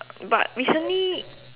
but recently